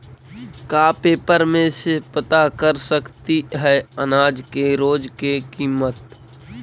का पेपर में से पता कर सकती है अनाज के रोज के किमत?